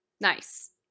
nice